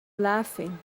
laughing